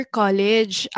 college